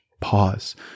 pause